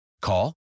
Call